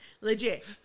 legit